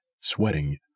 sweating